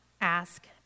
ask